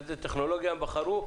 באיזו טכנולוגיה הם בחרו,